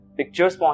pictures